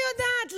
לא יודעת,